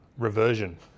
Reversion